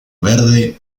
verde